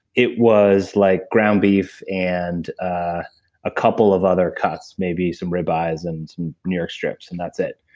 it was like ground beef and ah a couple of other cuts, maybe some rib eyes and some new york strips and that's it,